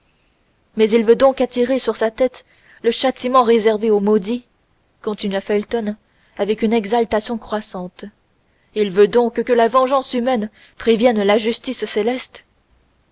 mais il veut donc attirer sur sa tête le châtiment réservé aux maudits continua felton avec une exaltation croissante il veut donc que la vengeance humaine prévienne la justice céleste